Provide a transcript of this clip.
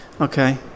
Okay